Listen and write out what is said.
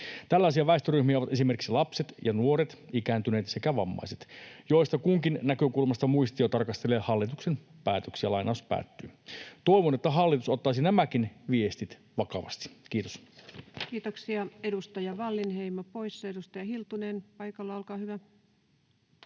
Tällaisia väestöryhmiä ovat esimerkiksi lapset ja nuoret, ikääntyneet sekä vammaiset, joista kunkin näkökulmasta muistio tarkastelee hallituksen päätöksiä.” Toivon, että hallitus ottaisi nämäkin viestit vakavasti. — Kiitos. Kiitoksia. — Edustaja Wallinheimo poissa. — Edustaja Hiltunen paikalla, olkaa hyvä.